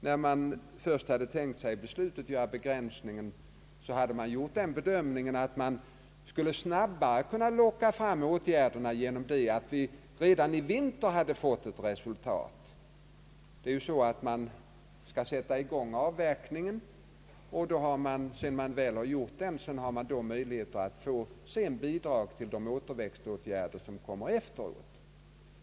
När man först satte begränsningen till den 1 juli 1970, bedömde man att det därigenom skulle vara möjligt att snabbare locka fram åtgärder, så att man redan i vinter hade fått ett resultat. Det är ju så att man måste börja med att sätta i gång avverkningen. När den väl kommit i gång har man möjlighet att få bidrag till återväxtåtgärder, som kommer därefter.